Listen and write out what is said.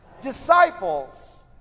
disciples